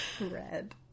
Red